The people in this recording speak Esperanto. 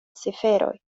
ciferoj